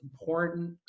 important